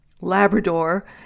Labrador